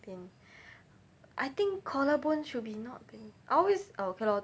pain I think collar bone should be not pain I always orh okay lor